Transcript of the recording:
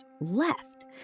left